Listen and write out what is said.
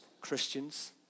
Christians